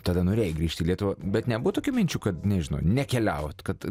tada norėjai grįžt į lietuvą bet nebuvo tokių minčių kad nežinau nekeliaut kad